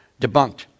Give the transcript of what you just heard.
debunked